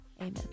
Amen